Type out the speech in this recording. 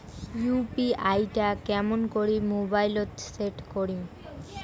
UPI টা কেমন করি মোবাইলত সেট করিম?